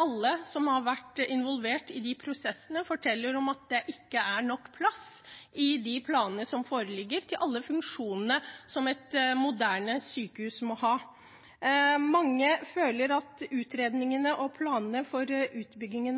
Alle som har vært involvert i de prosessene, forteller om at i planene som foreligger, er det ikke nok plass til alle funksjonene som et moderne sykehus må ha. Mange føler at utredningene og planene for utbyggingen